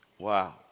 wow